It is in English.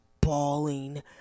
bawling